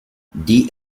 die